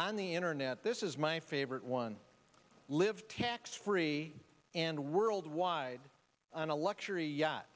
on the internet this is my favorite one live tax free and worldwide on a luxury yacht